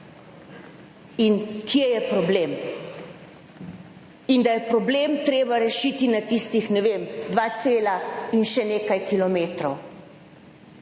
in kje je problem, in da je problem treba rešiti na tistih, ne vem, dva cela in še nekaj kilometrov.